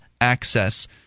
access